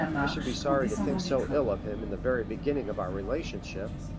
i should be sorry to think so ill of him in the very beginning of our relationship.